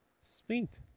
Sweet